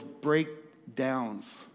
breakdowns